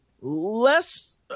less –